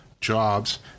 jobs